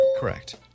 Correct